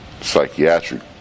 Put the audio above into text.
psychiatric